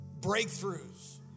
breakthroughs